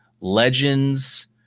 legends